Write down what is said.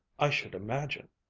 i should imagine,